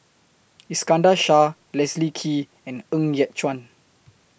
Iskandar Shah Leslie Kee and Ng Yat Chuan